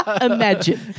Imagine